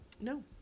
no